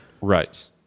right